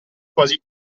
quasi